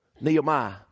Nehemiah